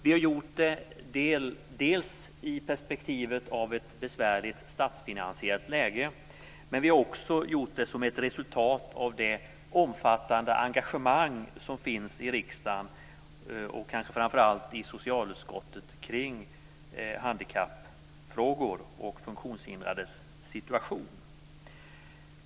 Vi har gjort det dels i det besvärliga statsfinansiella perspektivet, dels som ett resultat av det omfattande engagemang som finns i riksdagen, och kanske framför allt i socialutskottet, kring handikappfrågor och funktionshindrades situation.